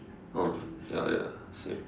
oh ya ya same